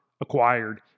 acquired